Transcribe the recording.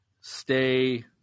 stay